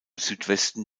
südwesten